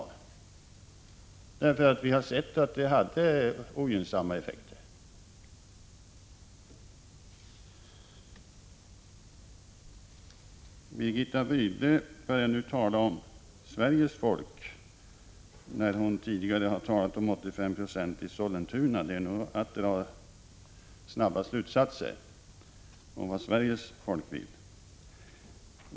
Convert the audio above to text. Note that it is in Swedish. Vi har nämligen sett att det hade ogynnsamma effekter. Birgitta Rydle började tala om Sveriges folk, när hon tidigare hade talat om 85 96 i Sollentuna. Det är nog att dra snabba slutsatser om vad Sveriges folk vill.